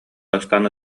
бастаан